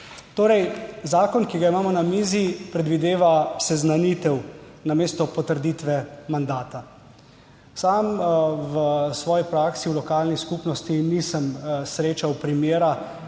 Zakon, ki ga imamo na mizi, predvideva seznanitev namesto potrditve mandata. Sam v svoji praksi v lokalni skupnosti nisem srečal primera,